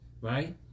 right